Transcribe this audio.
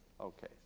Okay